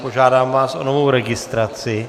Požádám vás o novou registraci.